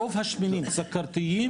רוב השמנים סוכרתיים,